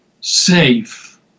safe